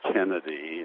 Kennedy